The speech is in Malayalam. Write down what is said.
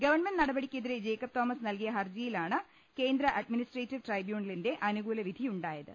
ഗവൺമെന്റ് നടപടിക്കെതിരെ ജേക്കബ് തോമസ് നൽകിയ ഹർജിയിലാണ് കേന്ദ്രഅഡ്മിനിസ്ട്രേറ്റീവ് ട്രൈബ്യൂണ ലിന്റെ അനുകൂല വിധിയുണ്ടായത്